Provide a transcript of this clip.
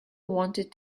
wanted